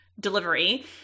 delivery